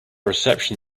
reception